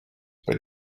but